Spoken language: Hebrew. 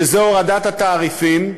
וזו הורדת התעריפים,